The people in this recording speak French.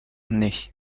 naît